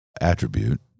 attribute